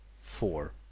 four